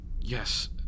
Yes